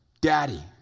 daddy